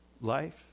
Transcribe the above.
life